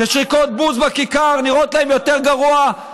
ששריקות בוז בכיכר נראות להם יותר גרועות,